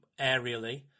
aerially